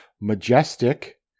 Majestic